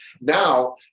now